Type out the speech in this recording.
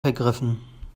vergriffen